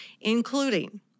including